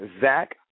Zach